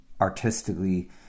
artistically